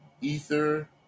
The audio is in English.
Ether